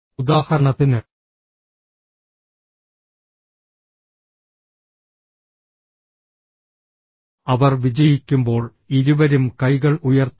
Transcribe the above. ഉദാഹരണത്തിന് അവർ വിജയിക്കുമ്പോൾ ഇരുവരും കൈകൾ ഉയർത്തുന്നു